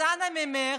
אז אנא ממך,